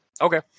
Okay